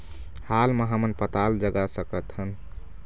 हाल मा हमन पताल जगा सकतहन?